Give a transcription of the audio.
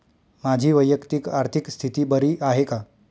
माझी वैयक्तिक आर्थिक स्थिती बरी आहे का?